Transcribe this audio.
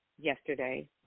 yesterday